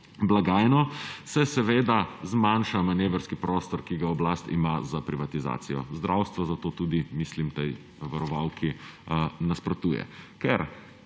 blagajno, se seveda zmanjša manevrski prostor, ki ga oblast ima za privatizacijo zdravstva, zato tudi tej varovalki nasprotuje. Ker